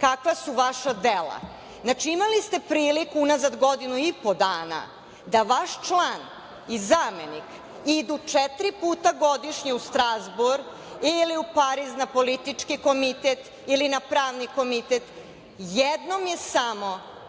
kakva su vaša dela. Znači, imali ste priliku unazad godinu i po dana da vaš član i zamenik idu četiri puta godišnje u Strazbur ili u Pariz na Politički komitet ili na Pravni komitet. Jednom je samo